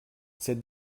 cette